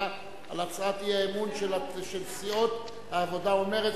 על הצעת האי-אמון של סיעות העבודה ומרצ